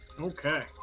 Okay